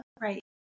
Right